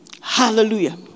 hallelujah